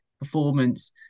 performance